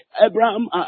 abraham